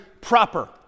proper